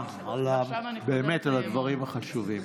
תודה רבה באמת על הדברים החשובים.